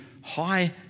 high